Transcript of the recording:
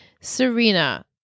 serena